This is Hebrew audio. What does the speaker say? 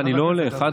אני לא הולך.